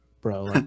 bro